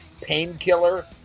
Painkiller